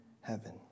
heaven